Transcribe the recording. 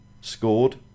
scored